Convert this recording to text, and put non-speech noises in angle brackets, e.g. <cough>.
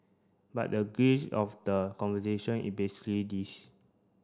but the gist of the conversation it is <unintelligible> this